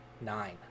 Nine